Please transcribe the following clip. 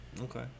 Okay